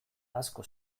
asko